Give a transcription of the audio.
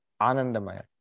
anandamaya